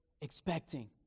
expecting